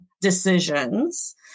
decisions